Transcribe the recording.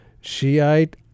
Shiite